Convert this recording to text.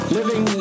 Living